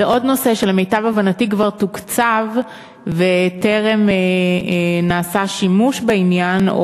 ועוד נושא שלמיטב הבנתי כבר תוקצב וגם נעשה שימוש בעניין,